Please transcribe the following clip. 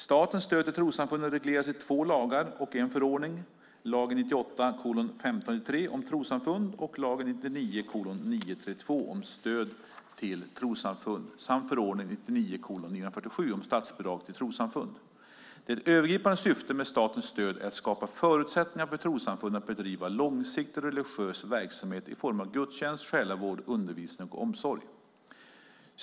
Statens stöd till trossamfunden regleras i två lagar och en förordning, lag om trossamfund, lag om stöd till trossamfund samt förordning om statsbidrag till trossamfund. Det övergripande syftet med statens stöd är att skapa förutsättningar för trossamfunden att bedriva långsiktig religiös verksamhet i form av gudstjänst, själavård, undervisning och omsorg.